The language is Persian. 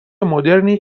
مدرنی